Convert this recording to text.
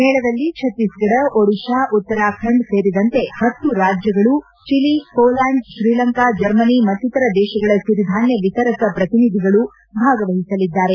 ಮೇಳದಲ್ಲಿ ಛತ್ತೀಸ್ಗಢ ಒಡಿಶಾ ಉತ್ತರಾಖಂಡ ಸೇರಿದಂತೆ ಹತ್ತು ರಾಜ್ಯಗಳು ಚಲಿ ಪೋಲ್ಡಾಂಡ್ ಶ್ರೀಲಂಕಾ ಜರ್ಮನಿ ಮತ್ತಿತರ ದೇಶಗಳ ಸಿರಿಧಾನ್ಯ ವಿತರಕ ಪ್ರತಿನಿಧಿಗಳು ಭಾಗವಹಿಸಲಿದ್ದಾರೆ